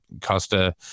Costa